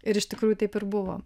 ir iš tikrųjų taip ir buvo